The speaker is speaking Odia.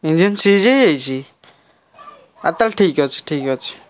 ଇଞ୍ଜିନ୍ ସିଜ୍ ହୋଇଯାଇଛି ଆ ତାହେଲେ ଠିକ୍ ଅଛି ଠିକ୍ ଅଛି